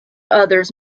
others